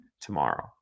tomorrow